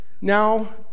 now